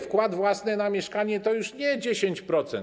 Wkład własny na mieszkanie to już nie 10%.